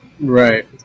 Right